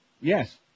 Yes